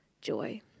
Joy